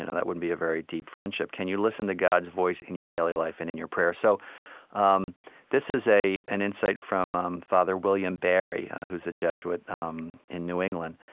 and that wouldn't be a very deep friendship. can you listen to god's voice in your daily life and in your prayer? so um this is an insight from father william barry, who's a jesuit um in new england.